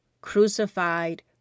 crucified